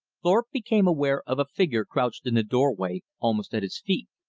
thorpe became aware of a figure crouched in the door-way almost at his feet.